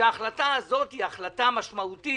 כשההחלטה הזאת היא משמעותית